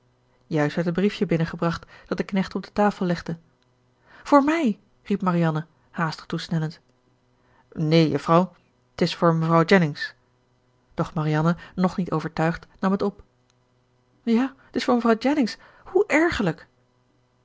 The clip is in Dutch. juist werd een briefje binnengebracht dat de knecht op de tafel legde voor mij riep marianne haastig toesnellend neen juffrouw t is voor mevrouw jennings doch marianne nog niet overtuigd nam het op ja t is voor mevrouw jennings hoe ergerlijk